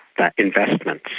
the investments,